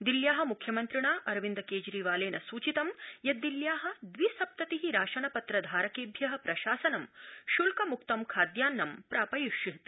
दिल्या मुख्यमन्त्रिणा अरविन्द केजरीवालेन संसूचितं यत् दिल्या द्वि सप्तति राशन पत्र धारकेभ्य प्रशासन श्ल्कमुक्त खाद्यान्नं प्रापयिष्यति